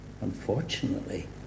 Unfortunately